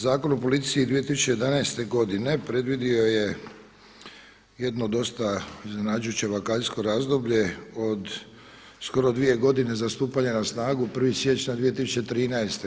Zakon o policiji 2011. predvidio je jedno dosta iznenađujuće vakacijsko razdoblje od skoro dvije godine za stupanje na snagu 1. siječnja 2013.